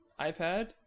iPad